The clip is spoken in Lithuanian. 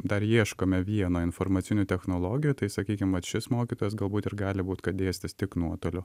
dar ieškome vieno informacinių technologijų tai sakykim vat šis mokytojas galbūt ir gali būti kad dėstys tik nuotoliu